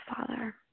father